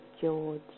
George